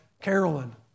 Carolyn